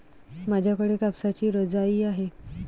माझ्याकडे कापसाची रजाई आहे